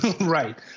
Right